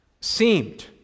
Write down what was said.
seemed